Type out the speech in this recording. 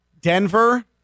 Denver